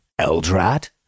Eldrad